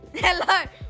Hello